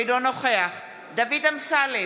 אינו נוכח דוד אמסלם,